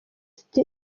city